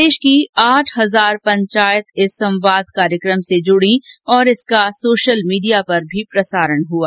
प्रदेश की आठ हजार पंचायत इस संवाद कार्यक्रम से जुडीं और इसका सोशल मीडिया पर भी प्रसारण हआ